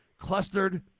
Clustered